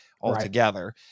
altogether